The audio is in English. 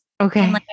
Okay